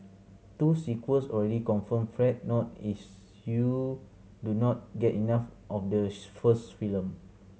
two sequels already confirmed Fret not is you do not get enough of the first film